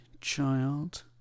child